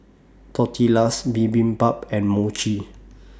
Tortillas Bibimbap and Mochi